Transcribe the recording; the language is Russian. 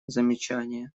замечания